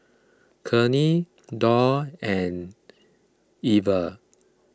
Kenney Dorr and Weaver